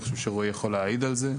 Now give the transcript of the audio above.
אני חושב שרועי יכול להעיד על זה.